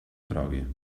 frage